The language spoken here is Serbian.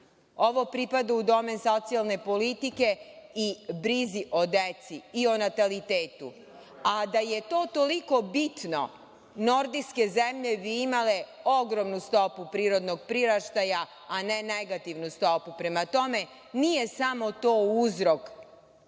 ovo pripada u domen socijalne politike i brizi o deci i o natalitetu. Da je to toliko bitno, nordijske zemlje bi imale ogromnu stopu prirodnog priraštaja, a ne negativnu stopu. Prema tome, nije samo to uzrok